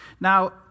Now